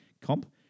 comp